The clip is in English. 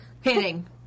Hitting